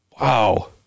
wow